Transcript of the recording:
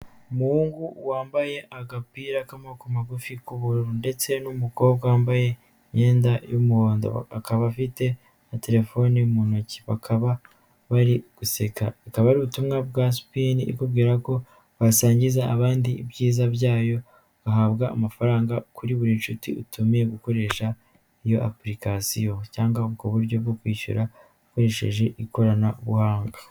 Umuhungu wambaye agapira k'amaboko magufi ku'ubururu ndetse n'umukobwa wambaye imyenda y'umuhondo, akaba afite na telefoni mu ntoki bakaba bari guseka. Akaba ari ubutumwa bwa sipiyeni ikubwira ko wasangiza abandi ibyiza byayo ugahabwa amafaranga kuri buri nshuti utumiye gukoresha iyo apurikasiyo cyangwa ubwo buryo bwo kwishyura ukoresheje ikoranabuhanga.